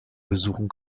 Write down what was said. besuchen